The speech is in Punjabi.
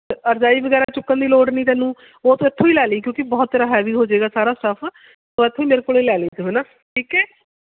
ਰਜਾਈ ਵਗੈਰਾ ਚੁੱਕਣ ਦੀ ਲੋੜ ਨਹੀਂ ਤੈਨੂੰ ਉਹ ਤੂੰ ਇੱਥੋਂ ਹੀ ਲੈ ਲਈ ਕਿਉਂਕਿ ਬਹੁਤ ਤੇਰਾ ਹੈਵੀ ਹੋ ਜਾਏਗਾ ਸਾਰਾ ਸਟੱਫ ਉਹ ਇੱਥੋਂ ਹੀ ਮੇਰੇ ਕੋਲੇ ਲੈ ਲਈ ਤੂੰ ਹੈ ਨਾ ਠੀਕ ਹੈ